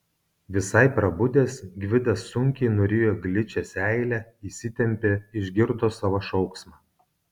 visai prabudęs gvidas sunkiai nurijo gličią seilę įsitempė išgirdo savo šauksmą